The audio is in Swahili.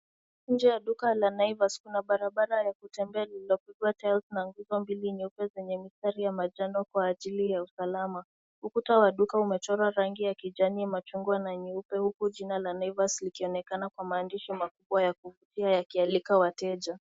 Nje ya duka la Naivas kuna barabara ya kutembea lililopigwa tiles na nguzo mbili nyeupe zenye mistari ya manjano kwa ajili ya usalama. Ukuta wa duka umechorwa rangi ya kijani, machungwa na nyeupe huku jina la Naivas likionekana kwa maandishi makubwa ya kuvutia ikialika wateja.